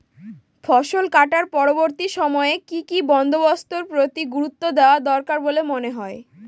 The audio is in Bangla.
ফসলকাটার পরবর্তী সময়ে কি কি বন্দোবস্তের প্রতি গুরুত্ব দেওয়া দরকার বলে মনে হয়?